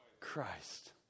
Christ